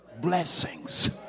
blessings